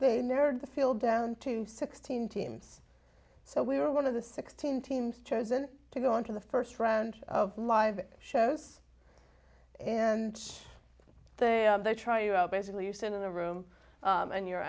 they narrowed the field down to sixteen teams so we were one of the sixteen teams chosen to go into the first round of live shows and they try you out basically you sit in a room and you're